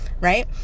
right